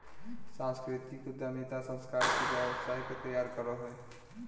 सांस्कृतिक उद्यमिता सांस्कृतिक व्यवसाय के तैयार करो हय